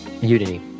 unity